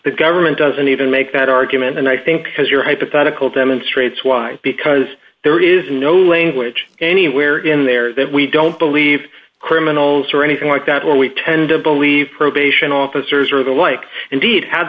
the government doesn't even make that argument and i think because your hypothetical demonstrates why because there is no language anywhere in there that we don't believe criminals or anything like that or we tend to believe probation officers or the like indeed ha